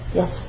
yes